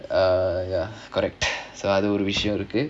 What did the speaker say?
ah ya correct so அது ஒரு விஷயம் இருக்கு:adhu oru vishayam irukku